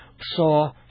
Saw